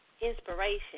Inspiration